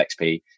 XP